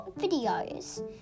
videos